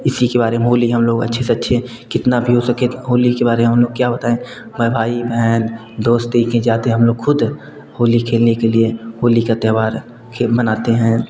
इसी के बारे में होली हम लोग अच्छे से अच्छे कितना भी हो सके होली के बारे में हम लोग क्या बताएँ मैं भाई बहन दोस्त यह कि जाते हैं हम लोग ख़ुद होली खेलने के लिए होली का त्यौहार खेल मनाते हैं